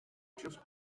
just